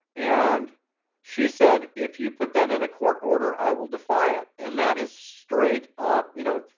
and she said if you put that in a court order, i will defy it. and that is straight up, you know,